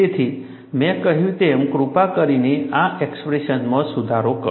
તેથી મેં કહ્યું તેમ કૃપા કરીને આ એક્સપ્રેશનમાં સુધારો કરો